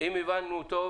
אם הבנו טוב